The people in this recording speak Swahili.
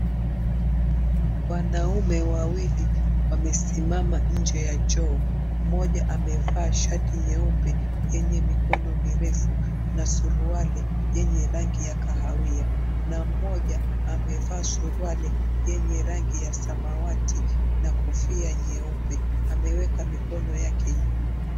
Wanaume wawili wamesimama nje ya choo mmoja amevaa shati nyeupe yenye mikono mirefu na suruali yenye rangi ya kahawia na mmoja amevaa suruali yenye rangi ya samawati na kofia nyeupe ameweka mikono yake nyuma.